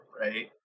right